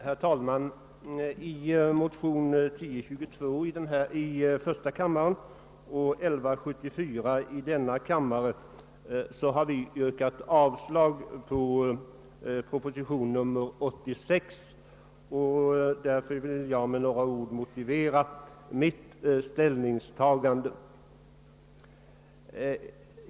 Herr talman! I motion I:1022 och II: 1174 har vi motionärer yrkat avslag på proposition nr 86, och jag vill med några ord motivera mitt ställningstagande.